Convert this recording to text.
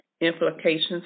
implications